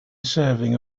serving